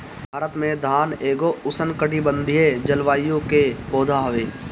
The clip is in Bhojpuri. भारत में धान एगो उष्णकटिबंधीय जलवायु के पौधा हवे